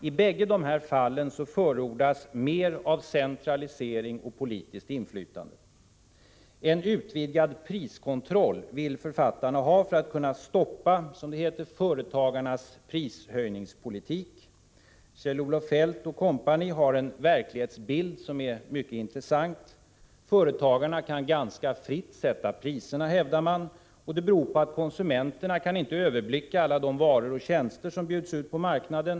I båda dessa fall förordas mer av centralisering och politiskt inflytande. Författarna vill ha en utvidgad priskontroll för att, som det heter, kunna stoppa företagarnas prishöjningspolitik. Kjell-Olof Feldt och kompani har en verklighetsbild som är mycket intressant. Företagarna kan ganska fritt sätta priserna, hävdar man. Det beror på att konsumenterna inte kan överblicka alla de varor och tjänster som bjuds ut på marknaden.